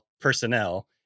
personnel